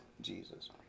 Jesus